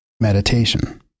Meditation